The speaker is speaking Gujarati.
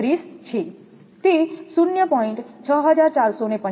834 છે તે 0